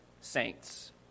saints